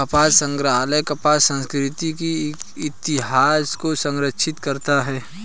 कपास संग्रहालय कपास संस्कृति के इतिहास को संरक्षित करता है